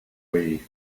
way